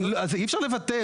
אבל, אי אפשר לבטל.